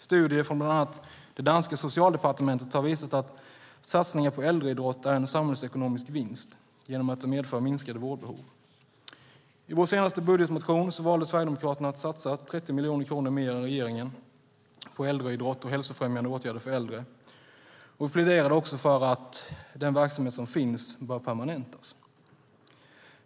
Studier från bland annat det danska socialdepartementet har visat att satsningar på äldreidrott är en samhällsekonomisk vinst genom att det medför minskade vårdbehov. I vår senaste budgetmotion valde Sverigedemokraterna att satsa 30 miljoner kronor mer än regeringen på äldreidrott och hälsofrämjande åtgärder för äldre. Vi pläderade också för att den verksamhet som finns bör permanentas.